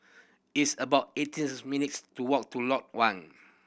it's about eighteen minutes' to walk to Lot One